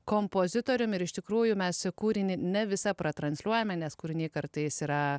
kompozitoriumi ir iš tikrųjų mes kūrinį ne visą pratransliuojame nes kūriniai kartais yra